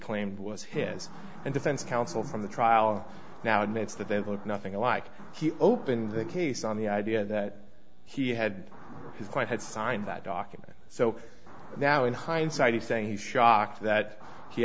claimed was his and defense counsel from the trial now admits that they look nothing alike he opened the case on the idea that he had because quite had signed that document so now in hindsight he's saying he's shocked that he